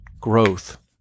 growth